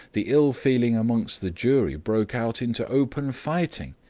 the ill-feeling amongst the jury broke out into open fighting,